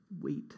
wait